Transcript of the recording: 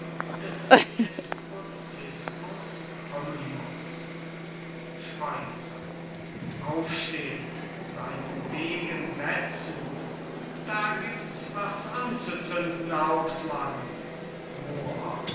des despotismus krümmen muß schweizer aufstehend seinen degen wetzend das ist wasser auf unsere mühle hauptmann da gibts was anzuzünden moor